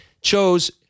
chose